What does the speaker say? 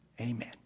Amen